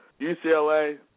UCLA